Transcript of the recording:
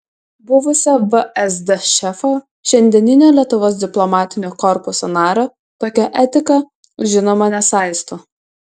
buvusio vsd šefo šiandieninio lietuvos diplomatinio korpuso nario tokia etika žinoma nesaisto